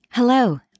Hello